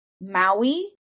Maui